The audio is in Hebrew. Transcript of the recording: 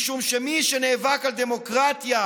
משום שמי שנאבק על דמוקרטיה,